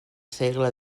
segle